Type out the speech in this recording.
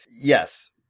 yes